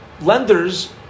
Lenders